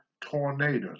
tornadoes